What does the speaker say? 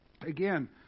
Again